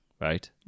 right